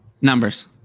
Numbers